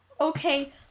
Okay